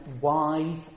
wise